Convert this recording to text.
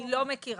אני לא מכירה.